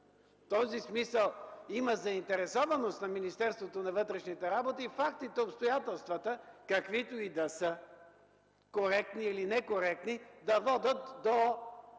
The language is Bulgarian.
този смисъл има заинтересованост на Министерството на вътрешните работи и фактите, и обстоятелствата, каквито и да са – коректни или некоректни, да водят до